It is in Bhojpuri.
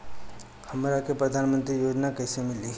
हमरा के प्रधानमंत्री योजना कईसे मिली?